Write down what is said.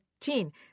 13